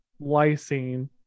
lysine